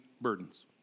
burdens